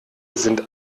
sind